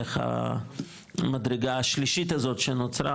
איך המדרגה השלישית הזאת שנוצרה,